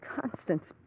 Constance